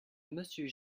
monsieur